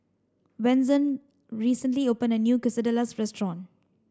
Wenzel recently opened a new Quesadillas restaurant